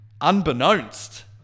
Unbeknownst